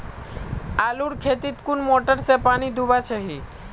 आलूर खेतीत कुन मोटर से पानी दुबा चही?